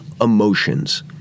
emotions